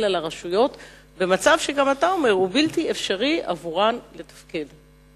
על הרשויות במצב שגם אתה אומר שבלתי אפשרי עבורן לתפקד בו?